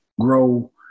grow